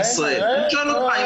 מסכה?